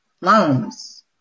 loans